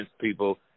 people